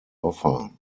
offer